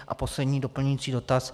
A poslední, doplňující dotaz.